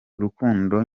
urukundo